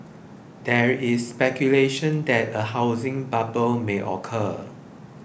there is speculation that a housing bubble may occur